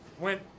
Went